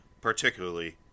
particularly